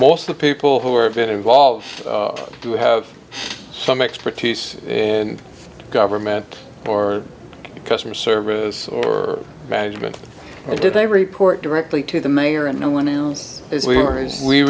most of the people who have been involved do have some expertise in government or customer service or management or do they report directly to the mayor and no one else is we